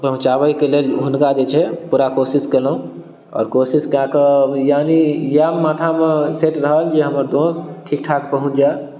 पहुचाबैके लेल हुनका जे छै पूरा कोशिश केलहुँ आओर कोशिश कए कऽ यानि इएह माथामे सेट रहल जे हमर दोस्त ठीक ठाक पहुँच जाइ